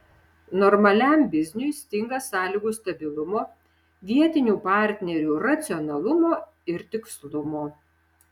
normaliam bizniui stinga sąlygų stabilumo vietinių partnerių racionalumo ir tikslumo